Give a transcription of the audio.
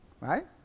Right